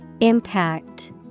Impact